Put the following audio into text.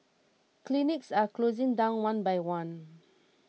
clinics are closing down one by one